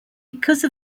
because